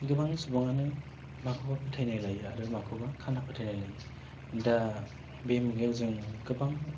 गोबां सुबुङानो माखौबा फोथायनाय लायो आरो माखौबा खाना फोथायनाय लायो दा बे मुगायाव जों गोबां